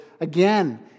Again